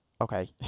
okay